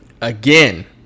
again